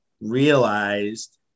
realized